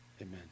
Amen